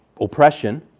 oppression